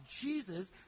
Jesus